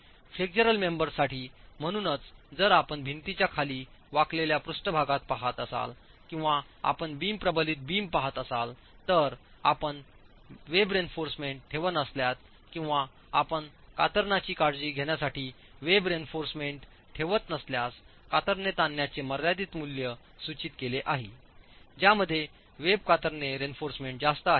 flexural members साठीम्हणूनच जर आपण भिंतींच्या खाली वाकलेल्या पृष्ठभागात पहात असाल किंवा आपण बीम प्रबलित बीम पहात असाल तर आपण वेब रीइन्फोर्समेंट ठेवत असल्यास किंवा आपण कतरनीची काळजी घेण्यासाठी वेब रीइन्फोर्समेंट ठेवत नसल्यास कातरणे ताणण्याचे मर्यादित मूल्य सूचित केले आहे ज्यामध्ये वेब कतरणे रीइन्फोर्समेंट जास्त आहे